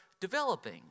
developing